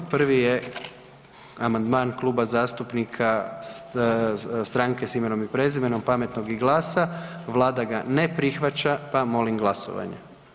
Prvi je amandman Kluba zastupnika Stranke s imenom i prezimenom, Pametnog i GLAS-a, Vlada ga ne prihvaća pa molim glasovanje.